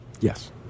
Yes